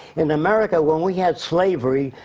in america, when we had slavery,